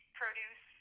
produce